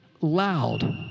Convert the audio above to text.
loud